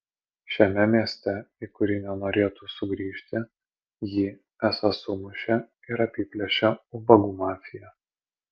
šiame mieste į kurį nenorėtų sugrįžti jį esą sumušė ir apiplėšė ubagų mafija